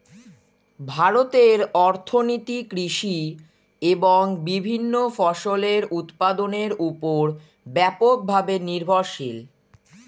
ভারতের অর্থনীতি কৃষি এবং বিভিন্ন ফসলের উৎপাদনের উপর ব্যাপকভাবে নির্ভরশীল